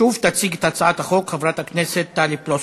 שוב, תציג את הצעת החוק חברת הכנסת טלי פלוסקוב.